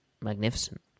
magnificent